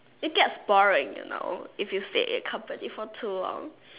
it gets boring you know if you stay in company for too long